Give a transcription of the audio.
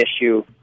issue